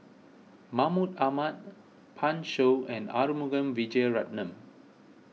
Mahmud Ahmad Pan Shou and Arumugam Vijiaratnam